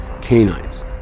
canines